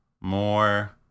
More